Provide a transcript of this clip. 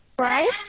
Right